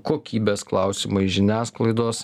kokybės klausimai žiniasklaidos